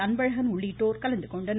அன்பழகன் உள்ளிட்டோர் கலந்துகொண்டனர்